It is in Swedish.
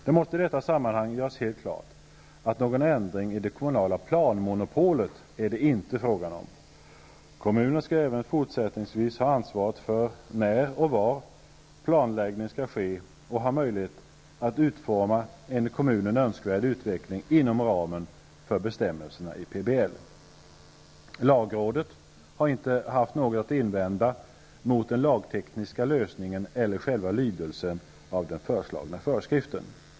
Det måste i detta sammanhang göras helt klart att det inte är fråga om någon ändring i det kommunala planmonopolet. Kommunen skall även fortsättningsvis ha ansvaret för när och var planläggning skall ske och ha möjlighet att utforma en i kommunen önskvärd utveckling inom ramen för bestämmelserna i PBL. Lagrådet har inte haft något att invända mot den lagtekniska lösningen eller själva lydelsen i den föreslagna föreskriften.